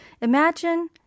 Imagine